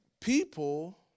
people